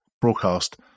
Broadcast